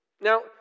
Now